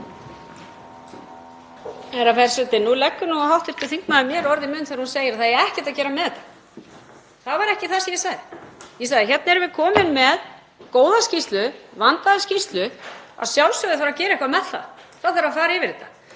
Herra forseti. Nú leggur hv. þingmaður mér orð í munn þegar hún segir að það eigi ekkert að gera með þetta. Það var ekki það sem ég sagði. Ég sagði: Hér erum við komin með góða skýrslu, vandaða skýrslu og að sjálfsögðu þarf að gera eitthvað með það. Það þarf að fara yfir þetta.